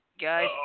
guys